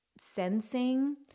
sensing